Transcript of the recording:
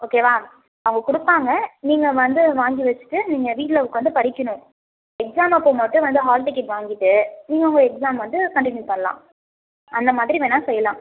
ஓகேவா அவங்க கொடுப்பாங்க நீங்கள் வந்து வாங்கி வச்சுட்டு நீங்கள் வீட்டில் உட்க்காந்து படிக்கணும் எக்ஸாம் அப்போது மட்டும் வந்து ஹால் டிக்கெட் வாங்கிட்டு நீங்கள் உங்கள் எக்ஸாமை வந்து கண்டினியூ பண்ணலாம் அந்த மாதிரி வேணால் செய்யலாம்